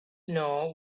know